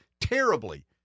terribly